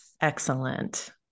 Excellent